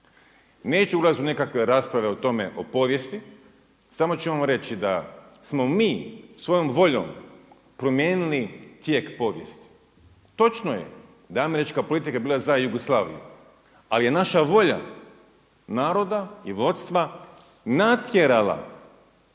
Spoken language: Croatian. Neću ulazit u nekakve rasprave o tome o povijesti samo ću vam reći da smo mi svojom voljom promijenili tijek povijesti. Točno je da je američka politika bila za Jugoslaviju, ali je naša volja naroda i vodstva natjerala